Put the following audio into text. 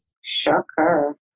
Shocker